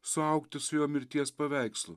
suaugti su jo mirties paveikslu